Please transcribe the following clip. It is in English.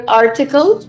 article